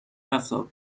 رفتار